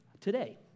today